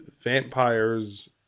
vampires